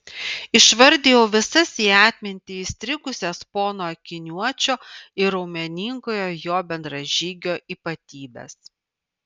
išvardijau visas į atmintį įstrigusias pono akiniuočio ir raumeningojo jo bendražygio ypatybes